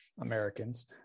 Americans